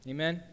Amen